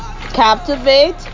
captivate